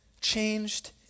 changed